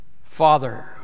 Father